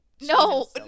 No